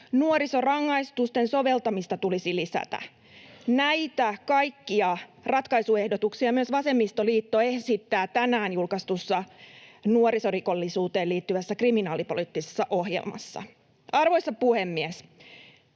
Nuorisorangaistusten soveltamista tulisi lisätä. Näitä kaikkia ratkaisuehdotuksia myös vasemmistoliitto esittää tänään julkaistussa nuorisorikollisuuteen liittyvässä kriminaalipoliittisessa ohjelmassa. Arvoisa puhemies!